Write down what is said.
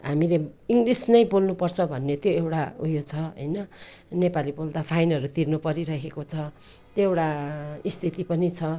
हामीले इङ्लिस नै बोल्नुपर्छ भन्ने त्यही एउटा उयो छ होइन नेपाली बोल्दा फाइनहरू तिर्नु परिरहेको छ त्यो एउटा स्थिति पनि छ